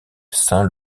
saint